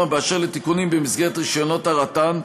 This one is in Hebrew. באשר לתיקונים במסגרת רישיונות הרט"ן,